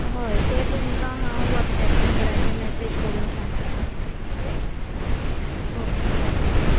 हय तें तुमकां हांव वॉट्सॅप नंबराचेर मॅसेज करून सांगता तुमकां ओके ओके बरें बरें